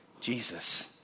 Jesus